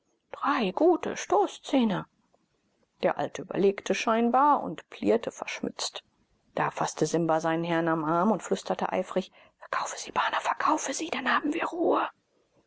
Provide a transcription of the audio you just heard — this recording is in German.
drei gute stoßzähne der alte überlegte scheinbar und plierte verschmitzt da faßte simba seinen herrn am arm und flüsterte eifrig verkaufe sie bana verkaufe sie dann haben wir ruhe